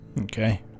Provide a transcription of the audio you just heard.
Okay